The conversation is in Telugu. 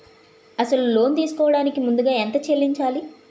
అసలు లోన్ తీసుకోడానికి ముందుగా ఎంత చెల్లించాలి?